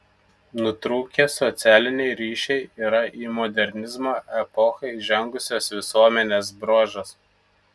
nutrūkę socialiniai ryšiai yra į modernizmo epochą įžengusios visuomenės bruožas